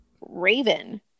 Raven